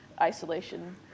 isolation